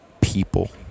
people